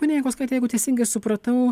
pone jankauskaite jeigu teisingai supratau